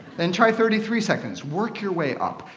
then try thirty three seconds. work your way up.